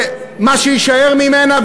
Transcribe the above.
מה שיישאר ממנה,